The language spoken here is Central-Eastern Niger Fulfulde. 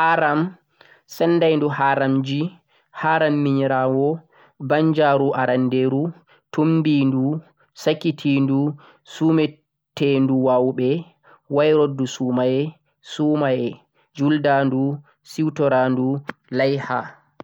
Haaram, sendainɗu haaramji, Haaram minyerawo, banjaru aranɗeru, Tumbiɗu, sakitiɗu, sumeteɗu wawuɓe, wairuddu sumaye, Sumaye, Juldaɗu, seutoraɗu be Laiha